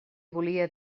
volia